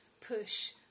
push